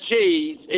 cheese